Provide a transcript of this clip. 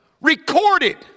recorded